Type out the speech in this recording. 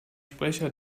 sprecher